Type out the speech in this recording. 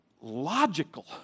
logical